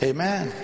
Amen